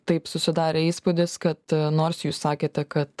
taip susidarė įspūdis kad nors jūs sakėte kad